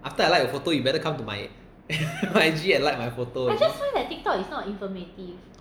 after I like the photo you better come to my I_G and like my photo